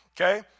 okay